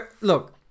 look